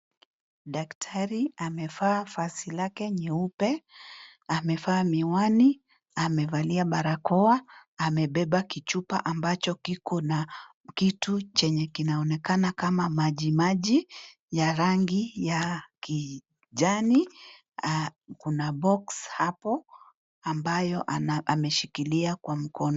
Daktari amevaa vazi lake nyeupe, amevaa miwani, amevalia barakoa, amebeba kichupa ambacho kiko na kitu chenye kinaonekana kama majimaji, ya rangi ya kijani, kuna box hapo, ambayo ameshikilia kwa mkono.